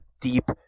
deep